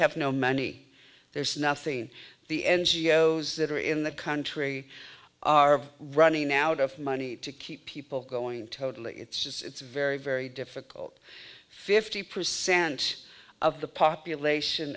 have no money there's nothing the n g o s that are in the country are running out of money to keep people going totally it's very very difficult fifty percent of the population